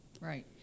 right